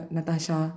Natasha